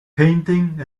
panting